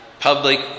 Public